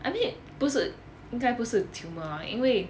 I mean 不是应该不是 tumor ah 因为